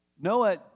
Noah